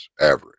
average